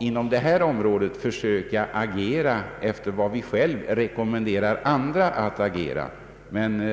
inom detta område skall försöka agera så som vi själva rekommenderar andra att agera.